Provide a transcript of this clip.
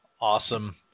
Awesome